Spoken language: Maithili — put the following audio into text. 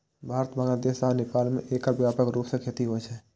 भारत, बांग्लादेश आ नेपाल मे एकर व्यापक रूप सं खेती होइ छै